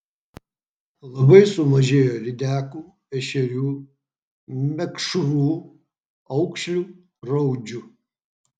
labai sumažėjo lydekų ešerių mekšrų aukšlių raudžių